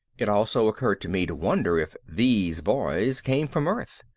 it also occurred to me to wonder if these boys came from earth.